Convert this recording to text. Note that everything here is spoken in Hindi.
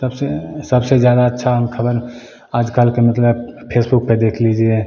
सबसे सबसे ज़्यादा अच्छा हम ख़बर आज कल का मतलब फेसबुक पर देख लीजिए